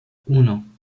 uno